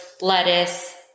lettuce